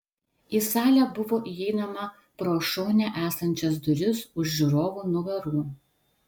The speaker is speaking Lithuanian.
į salę buvo įeinama pro šone esančias duris už žiūrovų nugarų